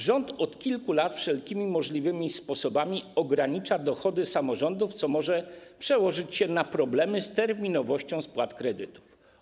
Rząd od kilku lat wszelkimi możliwymi sposobami ogranicza dochody samorządów, co może przełożyć się na problemy z terminowością spłat kredytów.